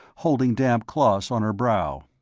holding damp cloths on her brow.